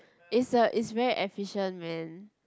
it's uh it's very efficient man